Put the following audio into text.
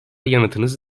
yanıtınız